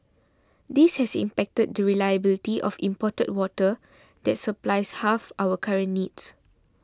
this has impacted the reliability of imported water that supplies half our current needs